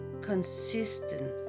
consistent